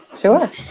Sure